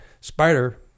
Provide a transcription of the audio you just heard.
Spider